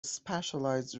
specialized